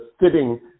sitting